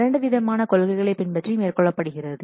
இரண்டு விதமான கொள்கைகளை பின்பற்றி மேற்கொள்ளப்படுகிறது